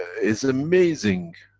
is amazing.